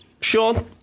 Sean